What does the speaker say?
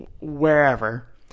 wherever